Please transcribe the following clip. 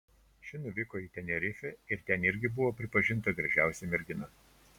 ši nuvyko į tenerifę ir ten irgi buvo pripažinta gražiausia mergina